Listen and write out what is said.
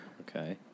Okay